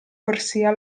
corsia